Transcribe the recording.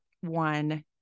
one